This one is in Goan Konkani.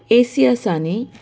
एसी आसा न्ही